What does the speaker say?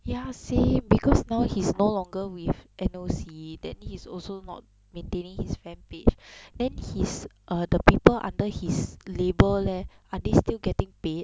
ya same because now he's no longer with N_O_C then he is also not maintaining his fan page then his err the people under his label leh are they still getting paid